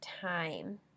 Time